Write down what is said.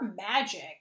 magic